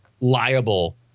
liable